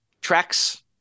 tracks